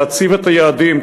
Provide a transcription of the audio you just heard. להעצים את היעדים,